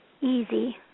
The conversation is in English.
easy